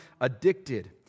addicted